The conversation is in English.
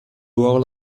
role